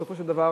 בסופו של דבר,